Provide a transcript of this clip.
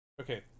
Okay